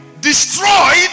destroyed